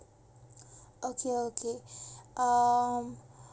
okay okay um